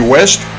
West